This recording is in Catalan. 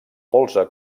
polze